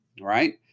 right